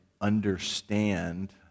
understand